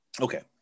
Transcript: Okay